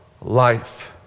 life